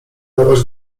dawać